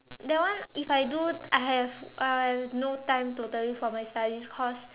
that one if I do I have I have no time totally for my studies cause